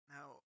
Now